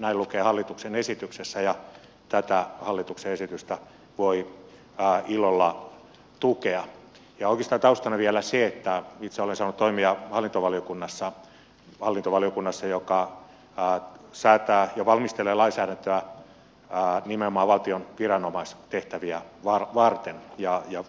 näin lukee hallituksen esityksessä ja tätä hallituksen esitystä voi ilolla tukea oikeastaan taustana vielä se että itse olen saanut toimia hallintovaliokunnassa joka säätää ja valmistelee lainsäädäntöä nimenomaan valtion viranomaistehtäviä varten ja